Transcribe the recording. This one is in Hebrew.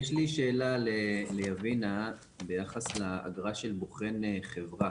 יש לי שאלה ליבינה ביחס לאגרה של בוחן חברה.